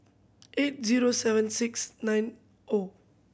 eight zero seven six nine O